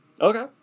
Okay